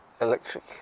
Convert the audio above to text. electric